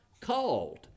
called